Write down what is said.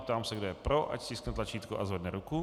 Ptám se, kdo je pro, ať stiskne tlačítko a zvedne ruku.